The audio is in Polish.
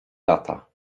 lata